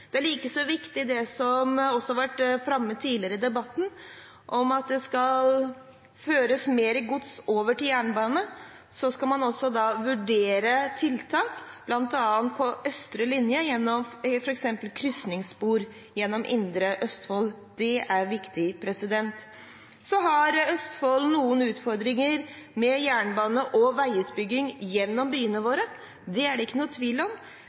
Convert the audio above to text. dagens innstilling. Like viktig er det, som også har vært framme tidligere i debatten, at det skal føres mer gods over til jernbane. Så skal man også vurdere tiltak, bl.a. på østre linje, ved f.eks. krysningsspor gjennom indre Østfold. Det er viktig. Østfold har noen utfordringer med jernbane- og veiutbygging gjennom byene våre – det er det ingen tvil om